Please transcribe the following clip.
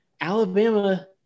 Alabama